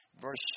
Verse